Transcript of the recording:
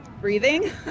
breathing